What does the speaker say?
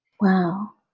Wow